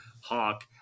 hawk